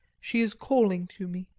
she is calling to me.